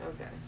okay